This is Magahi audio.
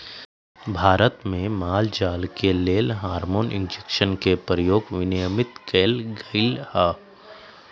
भारत में माल जाल के लेल हार्मोन इंजेक्शन के प्रयोग विनियमित कएल गेलई ह